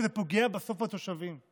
כי זה פוגע בסוף בתושבים.